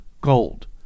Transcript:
gold